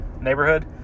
Neighborhood